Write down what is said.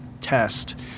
test